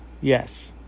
yes